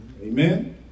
amen